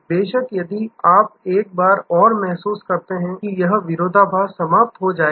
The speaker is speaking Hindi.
बेशक यदि आप एक बार और महसूस करते हैं कि यह विरोधाभास समाप्त हो जाएगा